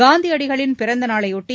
காந்தியடிகளின் பிறந்தநாளை ஒட்டி